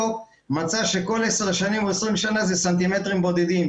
מצא שכל עשר שנים או 20 שנה זה סנטימטרים בודדים.